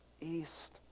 east